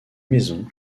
maison